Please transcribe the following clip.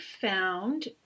found